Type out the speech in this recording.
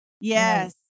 yes